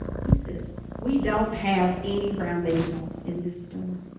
he says we don't have any brown baby dolls in this store